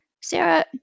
Sarah